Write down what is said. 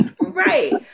Right